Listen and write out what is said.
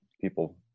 people